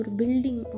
building